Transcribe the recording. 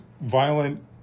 violent